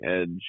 edge